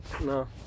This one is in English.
No